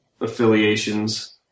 affiliations